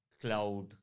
cloud